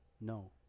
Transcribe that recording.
No